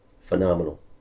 phenomenal